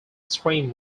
scream